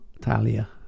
talia